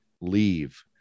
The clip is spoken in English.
Leave